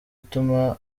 utuma